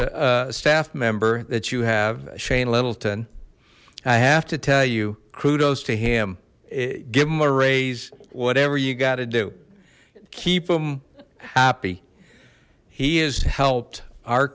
a staff member that you have shane littleton i have to tell you kudos to him give him a raise whatever you got to do keep him happy he has helped our